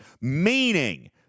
meaning